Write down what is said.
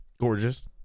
Gorgeous